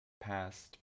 past